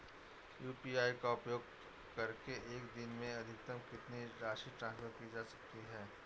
UPI का उपयोग करके एक दिन में अधिकतम कितनी राशि ट्रांसफर की जा सकती है?